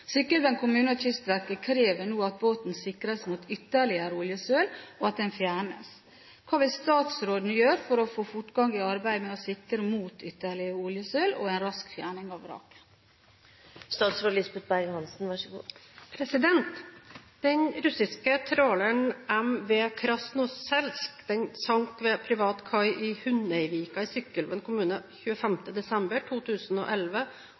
kommune og Kystverket krever nå at båten sikres mot ytterligere oljesøl, og at den fjernes. Hva vil statsråden gjøre for å få fortgang i arbeidet med å sikre mot ytterligere oljesøl og for å få en rask fjerning av vraket?» Den russiske tråleren MV «Krasnoselsk» sank ved privat kai i Hundeidvika i Sykkylven kommune 25. desember 2011